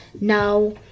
now